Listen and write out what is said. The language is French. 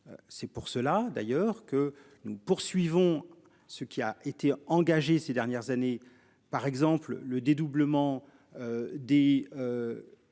C'est pour cela d'ailleurs que nous poursuivons, ce qui a été engagé ces dernières années par exemple, le dédoublement. Des.